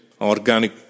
organic